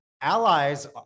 allies